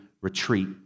retreat